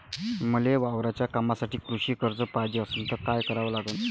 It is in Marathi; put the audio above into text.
मले वावराच्या कामासाठी कृषी कर्ज पायजे असनं त काय कराव लागन?